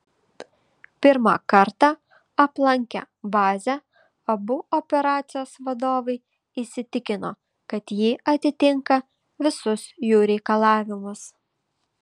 pirmą kartą aplankę bazę abu operacijos vadovai įsitikino kad ji atitinka visus jų reikalavimus